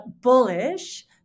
Bullish